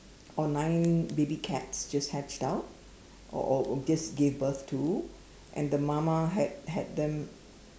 or nine baby cats just hatched out or or just give birth to and the mama had had them